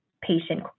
patient